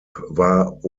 war